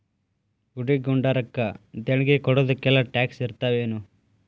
ಗುಡಿ ಗುಂಡಾರಕ್ಕ ದೇಣ್ಗಿ ಕೊಡೊದಕ್ಕೆಲ್ಲಾ ಟ್ಯಾಕ್ಸ್ ಇರ್ತಾವೆನು?